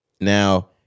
Now